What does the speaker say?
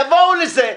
יבואו לזה,